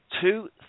two